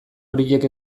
horiek